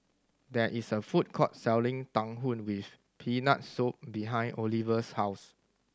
there is a food court selling tang with Peanut Soup behind Oliva's house